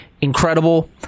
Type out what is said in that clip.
Incredible